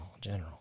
general